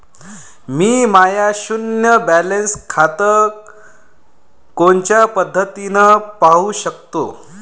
मी माय शुन्य बॅलन्स खातं कोनच्या पद्धतीनं पाहू शकतो?